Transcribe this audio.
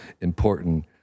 important